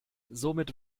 somit